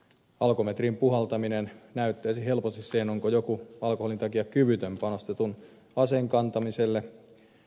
alkometriin puhaltaminen näyttäisi helposti sen onko joku alkoholin takia kyvytön panostetun aseen kantamiseen